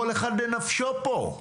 כל אחד לנפשו פה,